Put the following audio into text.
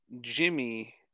Jimmy